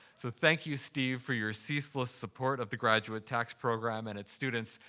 so thank you, steve, for your ceaseless support of the graduate tax program and its students.